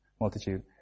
multitude